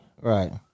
right